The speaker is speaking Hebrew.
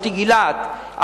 מוטי גילת,